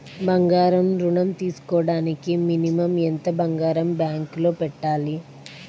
బంగారం ఋణం తీసుకోవడానికి మినిమం ఎంత బంగారం బ్యాంకులో పెట్టాలి?